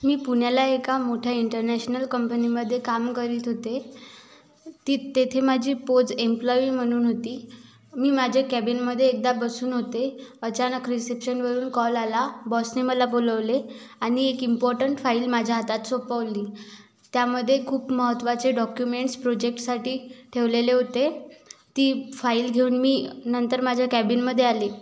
मी पुण्याला एका मोठ्या इंटरनॅशनल कंपनीमध्ये काम करीत होते ती तेथे माझी पोज एम्प्लॉयी म्हणून होती मी माझे कॅबिनमध्ये एकदा बसून होते अचानक रिसेप्शनवरून कॉल आला बॉसने मला बोलवले आणि एक इम्पॉर्टंट फाईल माझ्या हातात सोपवली त्यामध्ये खूप महत्त्वाचे डॉक्युमेंट्स प्रोजेक्टसाठी ठेवलेले होते ती फाईल घेऊन मी नंतर माझ्या केबिनमध्ये आली